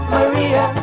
Maria